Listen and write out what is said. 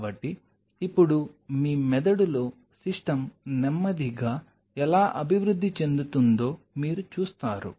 కాబట్టి ఇప్పుడు మీ మెదడులో సిస్టమ్ నెమ్మదిగా ఎలా అభివృద్ధి చెందుతుందో మీరు చూస్తారు